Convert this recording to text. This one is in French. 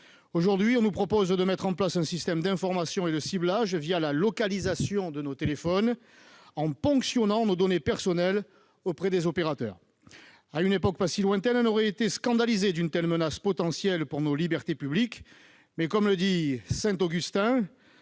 Aujourd'hui, on nous propose de mettre en place un système d'information et de ciblage la localisation de nos téléphones, en ponctionnant nos données personnelles auprès des opérateurs. À une époque pas si lointaine, on aurait été scandalisé d'une telle menace potentielle pour nos libertés publiques. Mais, comme le dit Saint Augustin,